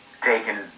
taken